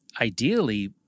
Ideally